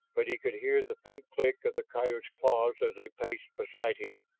but he could hear the faint click of the coyotes' claws as they paced beside him,